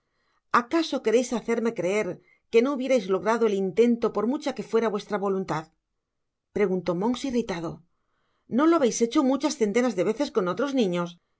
acaso quereis hacerme creer que no hubierais logrado el intento por mucha que fuera vuestra voluntad preguntó monks irritado no lo habeis hecho muchas centenas de veces con otros niños si